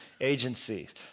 agencies